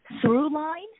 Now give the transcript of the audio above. through-line